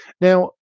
now